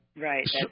Right